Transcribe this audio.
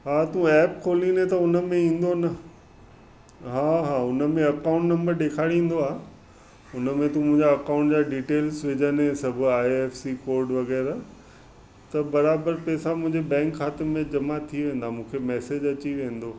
हा तू ऐप खोलिंदे त उनमें ई ईंदो न हा हा उनमें अकाउंट नंबर ॾेखारींदो आहे उनमें तू मुंहिंजा अकाउंट जा डिटेल्स विझंदे सभु आइ एफ सी कोड वग़ैरह त बराबरि पेसा मुंहिंजे बैंक खाते में जमा थी वेंदा मूंखे मेसिज अची वेंदो